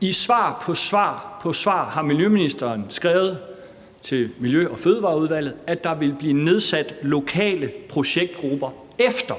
I svar på svar har miljøministeren skrevet til Miljø- og Fødevareudvalget, at der vil blive nedsat lokale projektgrupper efter